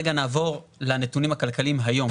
רגע נעבור לנתונים הכלכליים היום,